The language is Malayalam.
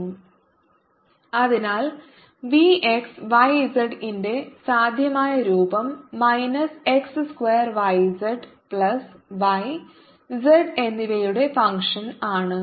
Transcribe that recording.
∂V∂xFx 2xyz Vxyz x2yzf അതിനാൽ V x y z ന്റെ സാധ്യമായ രൂപം minus x square y z plus y z എന്നിവയുടെ ഫങ്ക്ഷന് ആണ്